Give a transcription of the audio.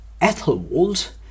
Ethelwald